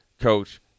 coach